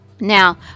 Now